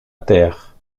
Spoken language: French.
terre